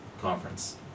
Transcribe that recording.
conference